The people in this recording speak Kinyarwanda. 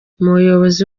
umuyobozi